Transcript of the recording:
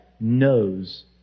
knows